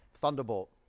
Thunderbolt